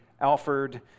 Alford